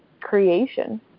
creation